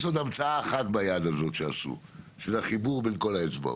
יש עוד המצאה אחת ביד הזאת שעשו החיבור בין כל האצבעות.